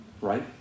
right